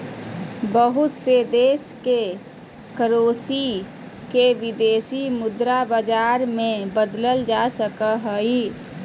बहुत से देश के करेंसी के विदेशी मुद्रा बाजार मे बदलल जा हय